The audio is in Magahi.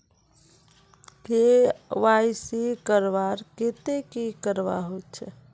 के.वाई.सी करवार केते की करवा होचए?